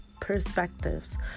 perspectives